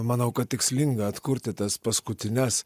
manau kad tikslinga atkurti tas paskutines